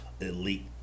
elite